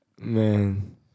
Man